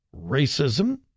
racism